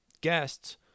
Guests